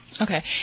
Okay